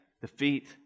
defeat